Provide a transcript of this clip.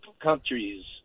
countries